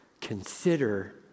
Consider